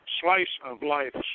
slice-of-life